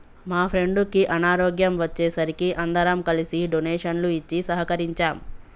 మా ఫ్రెండుకి అనారోగ్యం వచ్చే సరికి అందరం కలిసి డొనేషన్లు ఇచ్చి సహకరించాం